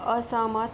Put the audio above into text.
असहमत